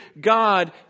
God